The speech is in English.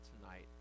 tonight